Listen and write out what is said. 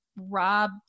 Rob